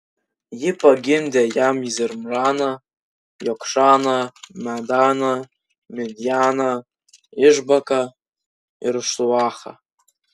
ji pagimdė jam zimraną jokšaną medaną midjaną išbaką ir šuachą